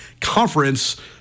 Conference